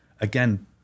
again